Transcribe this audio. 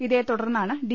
ഇതേതുടർന്നാണ് D